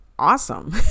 awesome